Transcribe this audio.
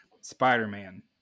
Spider-Man